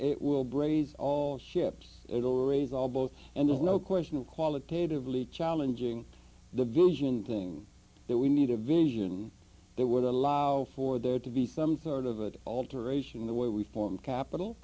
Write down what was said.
it will braise all ships it'll raise all both and there's no question qualitatively challenging the vision thing that we need a vision that would allow for there to be some sort of an alteration in the way we form capital